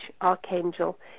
archangel